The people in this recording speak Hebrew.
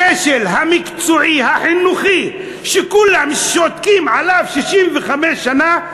הכשל המקצועי החינוכי שכולם שותקים עליו 65 שנה,